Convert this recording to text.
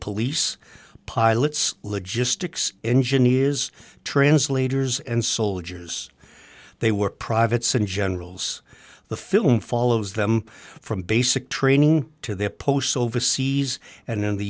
police pilots logistics engine is translators and soldiers they were privates and generals the film follows them from basic training to their posts overseas and in the